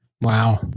Wow